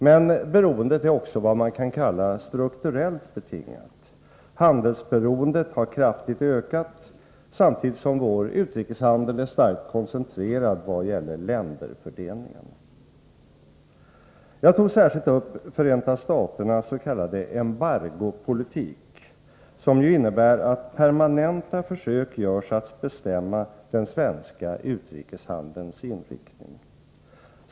Men beroendet är också vad man kan kalla strukturellt betingat. Handelsberoendet har kraftigt ökat samtidigt som vår utrikeshandel är starkt koncentrerad vad gäller länderfördelningen. Jag tog särskilt upp Förenta staternas s.k. embargopolitik, som innebär att permanenta försök görs att bestämma den svenska utrikeshandelns inriktning.